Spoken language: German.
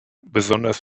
besonders